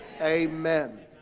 amen